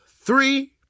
three